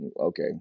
okay